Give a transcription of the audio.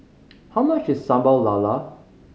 how much is Sambal Lala